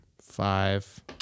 five